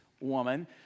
woman